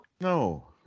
No